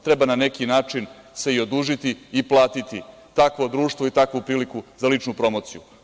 Treba se na neki način i odužiti i platiti takvo društvo i takvu priliku za ličnu promociju.